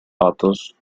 patos